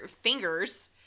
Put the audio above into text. fingers